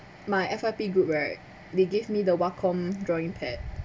my F_Y_P group right they gave me the wacom drawing pad